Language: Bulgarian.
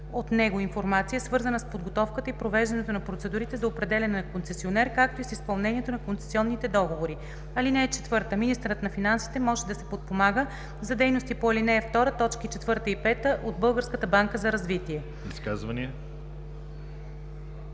от него информация, свързана с подготовката и провеждането на процедурите за определяне на концесионер, както и с изпълнението на концесионните договори. (4) Министърът на финансите може да се подпомага за дейностите по ал. 2, т. 4 и 5 от Българската